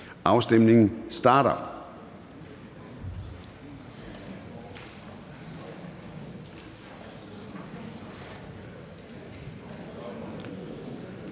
Afstemningen starter.